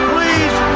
Please